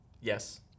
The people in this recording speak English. yes